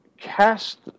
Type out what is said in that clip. cast